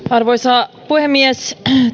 arvoisa puhemies jo